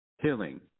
healing